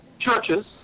churches